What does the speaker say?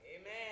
Amen